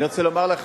אני רוצה לומר לך,